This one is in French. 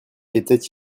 était